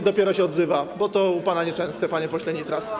i dopiero się odzywa, bo to u pana nieczęste, panie pośle Nitras.